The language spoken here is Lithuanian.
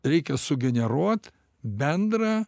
reikia sugeneruot bendrą